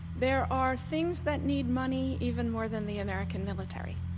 there are things that need money even more than the american military,